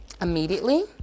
immediately